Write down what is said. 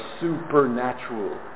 supernatural